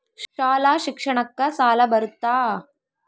ಶಾಲಾ ಶಿಕ್ಷಣಕ್ಕ ಸಾಲ ಬರುತ್ತಾ?